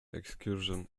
excursion